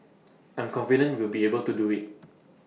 I'm confident we'll be able to do IT